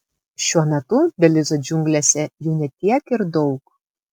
šiuo metu belizo džiunglėse jų ne tiek ir daug